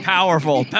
Powerful